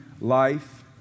life